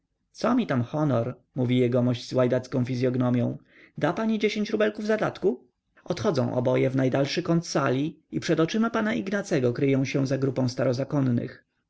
co mi tam honor mówi jegomość z łajdacką fizyognomią da pani dziesięć rubli zadatku odchodzą oboje w najdalszy kąt sali i przed oczyma pana ignacego kryją się za grupą